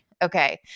okay